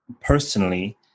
personally